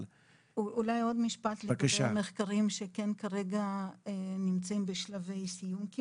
אולי עוד משפט לגבי מחקרים שכרגע נמצאים בשלבי סיום.